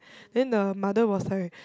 then the mother was like